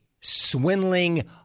Swindling